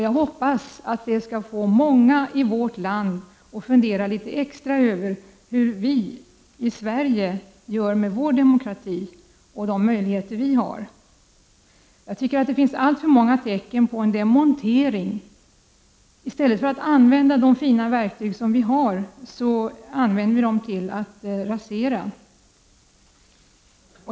Jag hoppas att det skall få många i vårt land att fundera litet extra över hur vii Sverige gör med vår demokrati och de möjligheter vi har. Det finns alltför många tecken på en demontering. I stället för att konstruktivt använda de fina verktyg som vi har använder vi dem till att rasera.